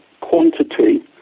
quantity